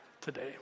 today